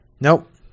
Nope